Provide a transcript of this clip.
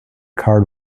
card